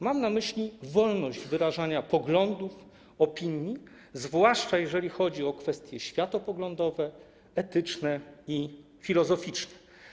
Mam na myśli wolność wyrażania poglądów, opinii, zwłaszcza jeżeli chodzi o kwestie światopoglądowe, etyczne i filozoficzne.